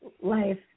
life